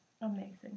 Amazing